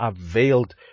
availed